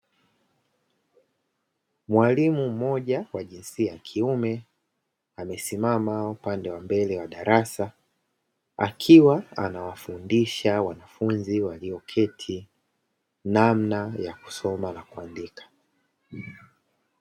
Mwalimu mmoja wa jinsia ya kiume amesimama upande wa mbele wa darasa akiwa anawafundisha wanafunzi walioketi namna ya kusoma na kuandika.